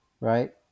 right